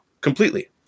completely